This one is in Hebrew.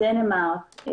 דנמרק,